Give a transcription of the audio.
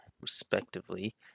respectively